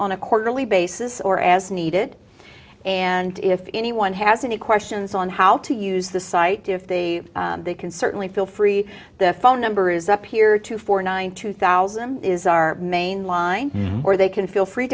on a quarterly basis or as needed and if anyone has any questions on how to use the site if they they can certainly feel free the phone number is up here two four nine two thousand is our main line or they can feel free